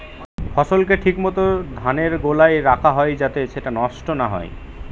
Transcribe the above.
ফসলকে ঠিক মত ধানের গোলায় রাখা হয় যাতে সেটা নষ্ট না হয়